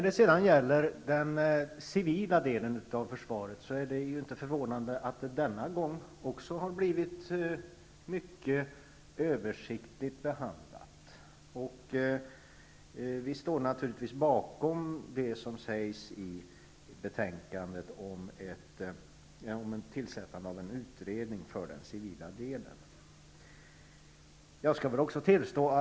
Det är inte förvånande att den civila delen även denna gång har blivit mycket översiktigt behandlad. Vi ställer oss naturligtvis bakom det som sägs i betänkandet om ett tillsättande av en utredning när det gäller den civila delen.